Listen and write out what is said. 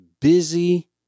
busy